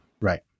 Right